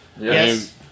Yes